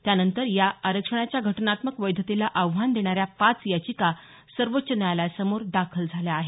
त्यानंतर या आरक्षणाच्या घटनात्मक वैधतेला आव्हान देणाऱ्या पाच याचिका सर्वोच्च न्यायालयासमोर दाखल झाल्या आहेत